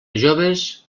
joves